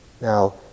Now